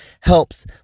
helps